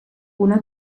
una